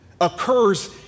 Occurs